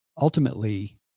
ultimately